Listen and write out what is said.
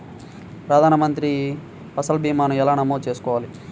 ప్రధాన మంత్రి పసల్ భీమాను ఎలా నమోదు చేసుకోవాలి?